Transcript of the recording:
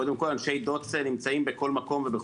קודם כל אנשי דובר צה"ל נמצאים בכל מקום ובכל זמן.